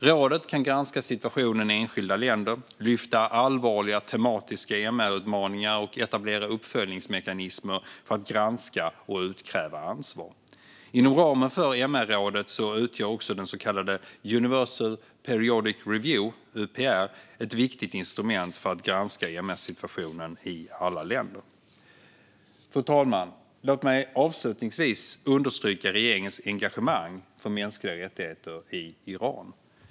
Rådet kan granska situationen i enskilda länder, lyfta allvarliga tematiska MR-utmaningar och etablera uppföljningsmekanismer för att granska och utkräva ansvar. Inom ramen för MR-rådet utgör också den så kallade Universal Periodic Review , UPR, ett viktigt instrument för att granska MR-situationen i alla länder. Fru talman! Låt mig avslutningsvis understryka regeringens engagemang för mänskliga rättigheter i Iran.